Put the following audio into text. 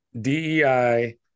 DEI